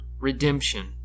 redemption